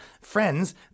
friends